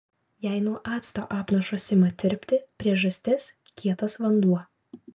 jei nuo acto apnašos ima tirpti priežastis kietas vanduo